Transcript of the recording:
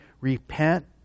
repent